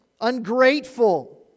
ungrateful